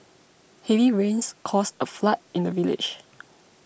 heavy rains caused a flood in the village